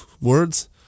words